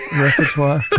repertoire